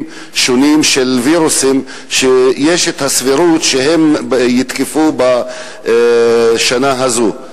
שונים של וירוסים שיש הסבירות שהם יתקפו בשנה הזאת.